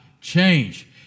change